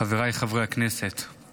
חבריי חברי הכנסת,